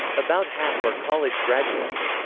about half are college graduates.